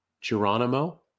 geronimo